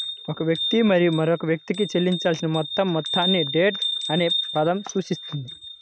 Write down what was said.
ఒక వ్యక్తి మరియు మరొక వ్యక్తికి చెల్లించాల్సిన మొత్తం మొత్తాన్ని డెట్ అనే పదం సూచిస్తుంది